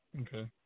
Okay